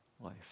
life